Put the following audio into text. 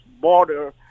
border